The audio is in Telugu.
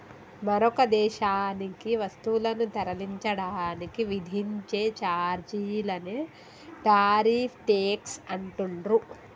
మరొక దేశానికి వస్తువులను తరలించడానికి విధించే ఛార్జీలనే టారిఫ్ ట్యేక్స్ అంటుండ్రు